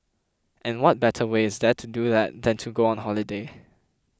and what better way is there to do that than to go on holiday